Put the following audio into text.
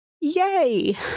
yay